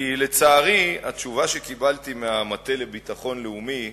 כי לצערי התשובה שקיבלתי מהמטה לביטחון לאומי,